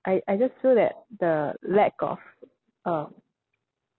I I just feel that the lack of um